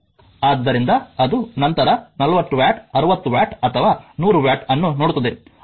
ಆದ್ದರಿಂದ ಅದು ನಂತರ 40 ವ್ಯಾಟ್ 60 ವ್ಯಾಟ್ ಅಥವಾ 100 ವ್ಯಾಟ್ ಅನ್ನು ನೋಡುತ್ತದೆ